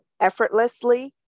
effortlessly